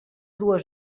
dues